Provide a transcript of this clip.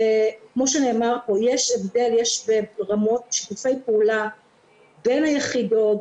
יש שיתופי פעולה בין היחידות,